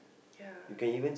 ya